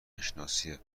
نشناسیه